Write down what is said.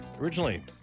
Originally